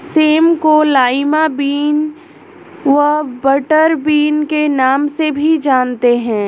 same को lima bean व butter bean के नाम से भी जानते हैं